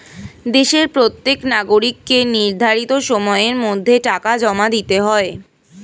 দেশের প্রত্যেক নাগরিককে নির্ধারিত সময়ের মধ্যে টাকা জমা দিতে হয়